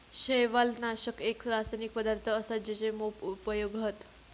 शैवालनाशक एक रासायनिक पदार्थ असा जेचे मोप उपयोग हत